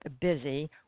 Busy